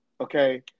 Okay